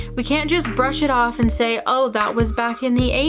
we can't just brush it off and say, oh, that was back in the eighty